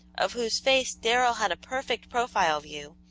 of whose face darrell had a perfect profile view,